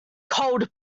cold